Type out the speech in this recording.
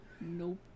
Nope